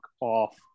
off